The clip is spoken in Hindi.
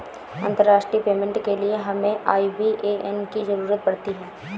अंतर्राष्ट्रीय पेमेंट के लिए हमें आई.बी.ए.एन की ज़रूरत पड़ती है